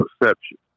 perception